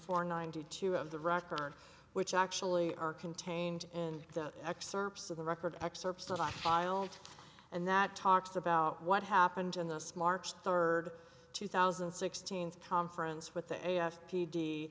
four ninety two of the record which actually are contained in the excerpts of the record excerpts that i filed and that talks about what happened in this march third two thousand and sixteen conference with the